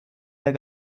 der